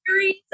Series